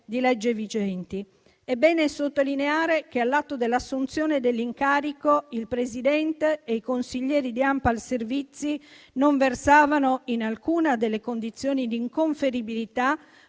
È bene sottolineare che all'atto dell'assunzione dell'incarico, il presidente e i consiglieri di ANPAL Servizi non versavano in alcuna delle condizioni di inconferibilità